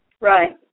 Right